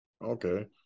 Okay